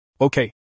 Okay